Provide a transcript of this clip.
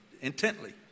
intently